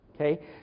okay